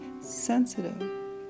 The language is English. sensitive